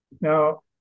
Now